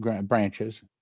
branches